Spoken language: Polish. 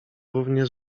równie